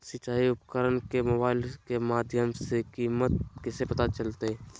सिंचाई उपकरण के मोबाइल के माध्यम से कीमत कैसे पता चलतय?